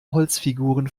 holzfiguren